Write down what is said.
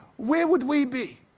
where would we be?